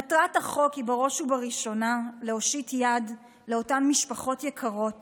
מטרת החוק היא בראש ובראשונה להושיט יד לאותן משפחות יקרות